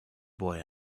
boy